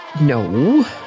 No